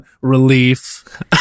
relief